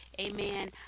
amen